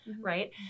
right